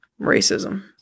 racism